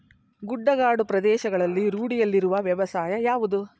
ಗುಡ್ಡಗಾಡು ಪ್ರದೇಶಗಳಲ್ಲಿ ರೂಢಿಯಲ್ಲಿರುವ ವ್ಯವಸಾಯ ಯಾವುದು?